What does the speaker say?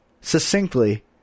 succinctly